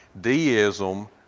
Deism